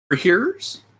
hearers